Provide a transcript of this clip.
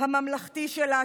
הממלכתי שלה,